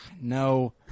No